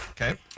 Okay